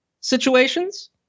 situations